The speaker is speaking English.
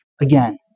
again